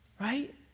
Right